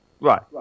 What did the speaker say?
Right